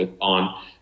on